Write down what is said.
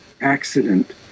accident